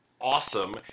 awesome